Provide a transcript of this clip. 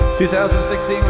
2016